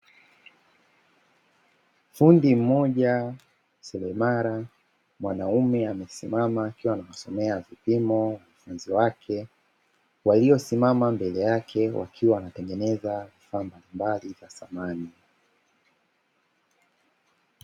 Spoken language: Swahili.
Fundi mmoja seremala mwanaume amesimama akimsomea vipimo mpenzi wake waliosimama mbele yake wakiwa wanatengeneza vifaa mbalimbali vya samani.